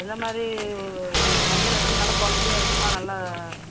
எந்தமாதிரி மஞ்சள் எப்படி நல்லா குவாலிட்டியாக இருக்குமா நல்லா